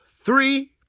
three